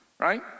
Right